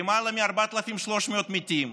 למעלה מ-4,300 מתים,